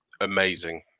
Amazing